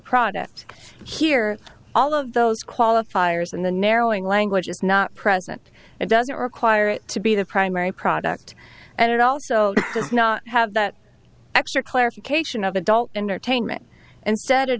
product here all of those qualifiers and the narrowing language is not present and doesn't require it to be the primary product and it also does not have that extra clarification of adult entertainment instead